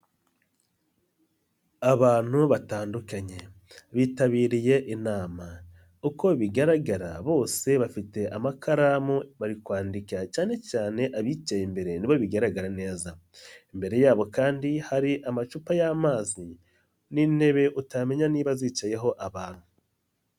Abantu batandukanye bitabiriye inama, uko bigaragara bose bafite amakaramu bari kwandika cyane cyane abicaye imbere nibo bigaragara neza, imbere yabo kandi hari amacupa y'amazi n'intebe utamenya niba zicayeho abantu.